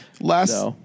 last